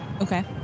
Okay